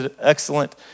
excellent